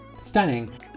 Stunning